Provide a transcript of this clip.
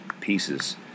pieces